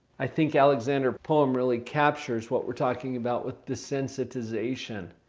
i think alexander poem really captures what we're talking about with desensitization.